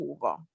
over